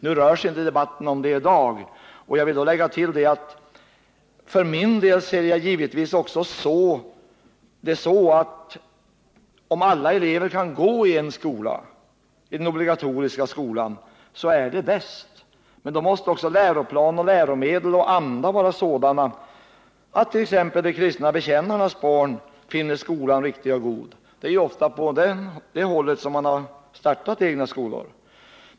Nu handlar inte debatten om detta i dag, och jag vill framhålla att för min del ser jag givetvis saken så, att om alla elever kan gå i en skola — i den obligatoriska skolan — så är det bäst. Men då måste också läroplan och läromedel och anda vara sådana att t.ex. de kristna bekännarnas barn finner skolan riktig och god. Det är ju ofta på det hållet man har startat egna skolor.